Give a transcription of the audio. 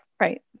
Right